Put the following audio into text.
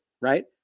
right